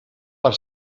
per